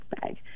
bag